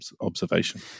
observation